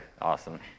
Awesome